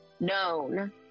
known